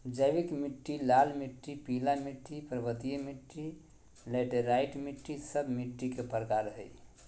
जैविक मिट्टी, लाल मिट्टी, पीला मिट्टी, पर्वतीय मिट्टी, लैटेराइट मिट्टी, सब मिट्टी के प्रकार हइ